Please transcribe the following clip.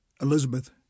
Elizabeth